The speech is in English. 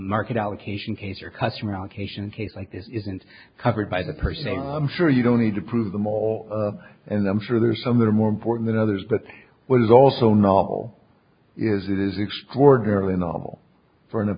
market allocation case or customer allocation case like this isn't covered by the per se i'm sure you don't need to prove them all and i'm sure there are some that are more important than others but what is also novel is it is extraordinarily novel for an a